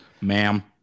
Ma'am